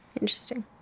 Interesting